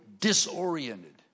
disoriented